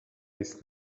است